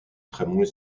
tramways